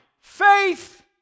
faith